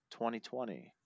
2020